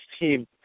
team